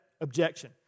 objection